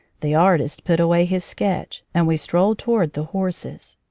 the artist put away his sketch, and we strolled toward the horses.